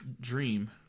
dream